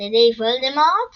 בידי וולדמורט